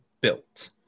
built